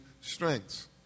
strengths